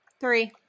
Three